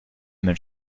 mit